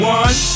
one